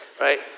right